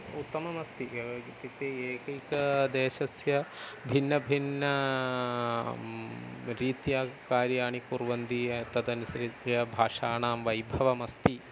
उत्तममस्ति एव इत्युक्ते एकैकदेशस्य भिन्नभिन्नरीत्या कार्याणि कुर्वन्ति तदनुसृत्य भाषाणां वैभवमस्ति